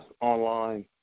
online